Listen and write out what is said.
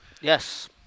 Yes